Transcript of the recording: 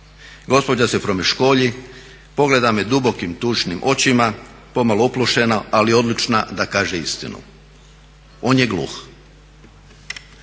Gospođa se promeškolji, pogleda me dubokim tužnim očima, pomalo uplašena ali odlučna da kaže istinu. On je gluh.